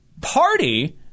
party